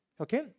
okay